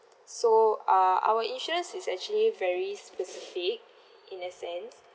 so uh our insurance is actually very specific in a sense